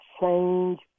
change